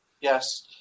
Yes